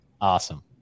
Awesome